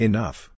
Enough